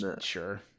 Sure